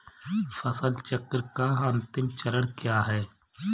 फसल चक्र का अंतिम चरण क्या है?